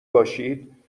باشید